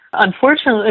Unfortunately